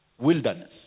wilderness